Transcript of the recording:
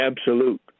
absolute